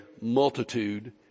multitude